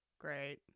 great